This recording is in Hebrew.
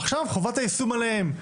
עכשיו חובת היישום עליהם.